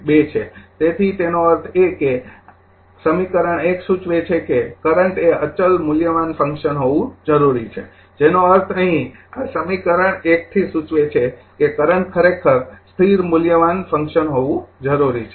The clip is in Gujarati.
૨ છે તેથી એનો અર્થ એ કે સમીકરણ ૧ સૂચવે છે કે કરંટ એ અચલ મૂલ્યવાન ફંકશન હોવું જરૂરી છે જેનો અર્થ અહીં આ સમીકરણ ૧ થી સૂચવે છે કે કરંટ ખરેખર સ્થિર મૂલ્યવાન ફંકશન હોવું જરૂરી છે